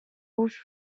rouge